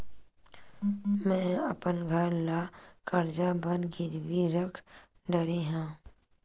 मेहा अपन घर ला कर्जा बर गिरवी रख डरे हव